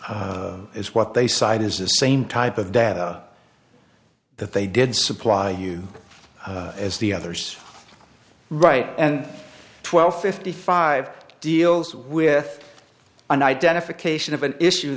is what they cite is the same type of data that they did supply you as the others right and twelve fifty five deals with an identification of an issue